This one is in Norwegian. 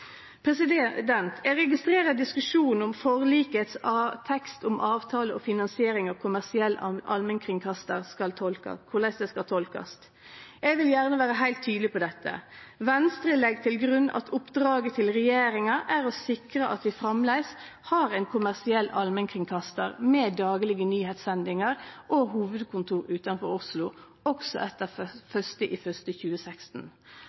Eg registrerer diskusjonen om forliksteksten om avtale og finansiering av kommersiell allmennkringkastar og korleis det skal tolkast. Eg vil gjerne vere heilt tydeleg på dette. Venstre legg til grunn at oppdraget til regjeringa er å sikre at vi framleis har ein kommersiell allmennkringkastar med daglege nyheitssendingar og hovudkontor utanfor Oslo, også etter 1. januar 2016.